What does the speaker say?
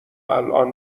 الان